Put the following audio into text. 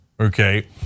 Okay